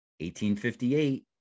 1858